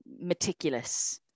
meticulous